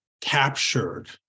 captured